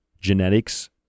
genetics